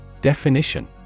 Definition